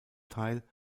teil